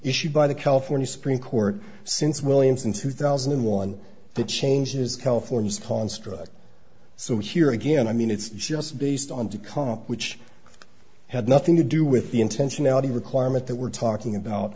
issued by the california supreme court since williams in two thousand and one that changes california's upon strike so here again i mean it's just based on the cop which had nothing to do with the intentionality requirement that we're talking about